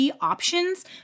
options